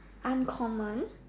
uncommon